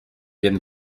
vienne